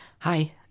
hi